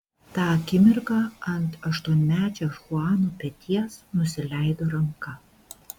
tą akimirką ant aštuonmečio chuano peties nusileido ranka